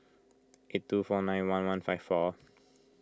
eight two four nine one one five four